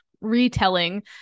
retelling